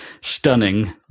stunning